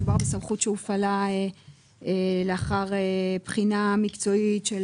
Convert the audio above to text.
מדובר בסמכות שהופעלה לאחר בחינה מקצועית של